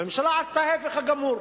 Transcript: הממשלה עשתה ההיפך הגמור.